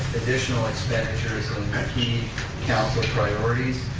additional expenditures on the key council priorities.